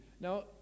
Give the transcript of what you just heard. Now